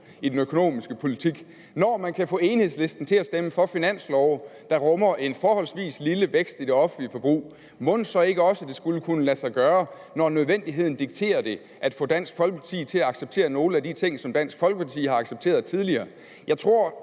i den økonomiske politik, og når man kan få Enhedslisten til at stemme for finanslovforslag, der rummer en forholdsvis lille vækst i det offentlige forbrug, mon så ikke også det skulle kunne lade sig gøre, når nødvendigheden dikterer det, at få Dansk Folkeparti til at acceptere nogle af de ting, som Dansk Folkeparti har accepteret tidligere? Jeg tror,